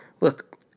Look